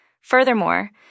Furthermore